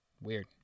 weird